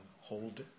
hold